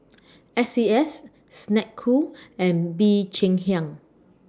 S C S Snek Ku and Bee Cheng Hiang